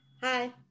Hi